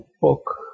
book